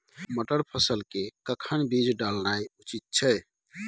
मटर फसल के कखन बीज डालनाय उचित छै?